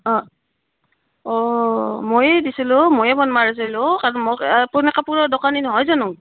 অঁ অঁ ময়ো দিছিলোঁ মই ফোন মাৰিছিলোঁ কাৰণ মোক আপুনি কাপোৰৰ দোকানী নহয় জানো